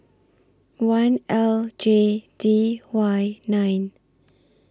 one L J D Y nine